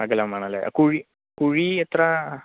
അകലം വേണം അല്ലേ കുഴി കുഴി എത്ര